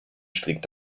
strick